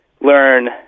learn